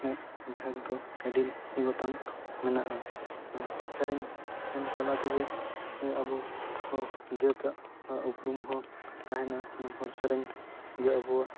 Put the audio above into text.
ᱵᱷᱟᱜᱽ ᱟᱹᱰᱤ ᱜᱚᱴᱟᱝ ᱢᱮᱱᱟᱜᱼᱟ ᱦᱚᱲ ᱥᱮᱨᱮᱧ ᱢᱮᱱ ᱛᱟᱞᱟ ᱛᱮᱜᱮ ᱡᱮ ᱟᱵᱚ ᱦᱚᱸ ᱡᱟᱹᱛᱟᱜ ᱩᱯᱨᱩᱢ ᱦᱚᱸ ᱛᱟᱦᱮᱱᱟ ᱱᱚᱣᱟ ᱦᱚᱲ ᱥᱮᱨᱮᱧ ᱜᱮ ᱟᱵᱚᱣᱟᱜ